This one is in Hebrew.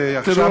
ועכשיו,